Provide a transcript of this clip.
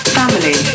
family